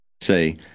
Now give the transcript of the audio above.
Say